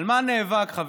אינו נוכח, חבר